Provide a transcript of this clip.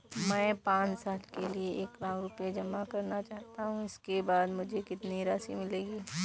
मैं पाँच साल के लिए एक लाख रूपए जमा करना चाहता हूँ इसके बाद मुझे कितनी राशि मिलेगी?